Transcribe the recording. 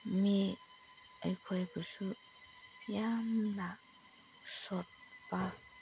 ꯃꯤ ꯑꯩꯈꯣꯏꯕꯨꯁꯨ ꯌꯥꯝꯅ ꯁꯣꯛꯄ